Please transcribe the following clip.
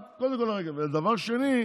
דבר שני,